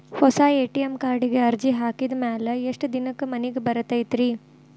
ಹೊಸಾ ಎ.ಟಿ.ಎಂ ಕಾರ್ಡಿಗೆ ಅರ್ಜಿ ಹಾಕಿದ್ ಮ್ಯಾಲೆ ಎಷ್ಟ ದಿನಕ್ಕ್ ಮನಿಗೆ ಬರತೈತ್ರಿ?